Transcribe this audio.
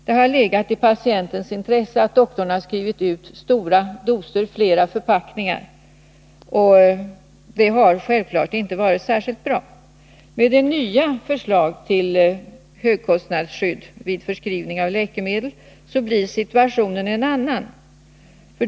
Det har legat i patientens intresse att doktorn skrivit ut stora doser och flera förpackningar. Detta har självfallet inte varit särskilt bra. Med det nya förslaget till högkostnadsskydd vid förskrivning av läkemedel blir situationen en annan.